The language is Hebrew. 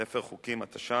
ספר חוקים התש"ן,